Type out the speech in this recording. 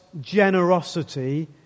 generosity